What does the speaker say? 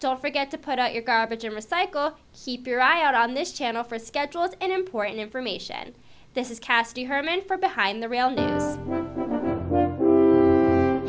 don't forget to put out your garbage and recycle keep your eye out on this channel for schedules and important information this is cast herman for behind the r